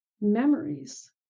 memories